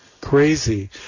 Crazy